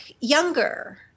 younger